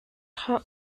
hut